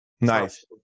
Nice